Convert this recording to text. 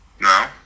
No